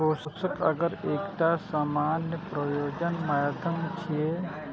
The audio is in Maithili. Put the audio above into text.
पोषक अगर एकटा सामान्य प्रयोजन माध्यम छियै